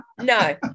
No